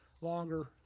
longer